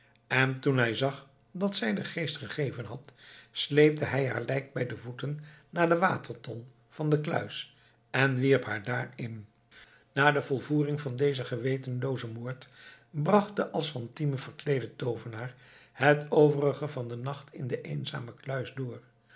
en toen hij zag dat zij den geest gegeven had sleepte hij haar lijk bij de voeten naar de waterton van de kluis en wierp haar daar in na de volvoering van dezen gewetenloozen moord bracht de als fatime verkleede toovenaar het overige van den nacht in de eenzame kluis door